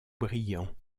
brillant